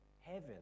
Heaven